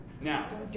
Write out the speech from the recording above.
Now